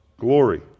glory